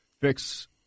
fix